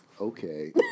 Okay